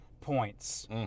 points